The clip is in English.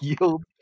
yield